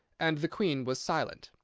and the queen was silent.